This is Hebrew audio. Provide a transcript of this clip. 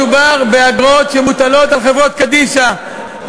מדובר באגרות שמוטלות על חברות קדישא,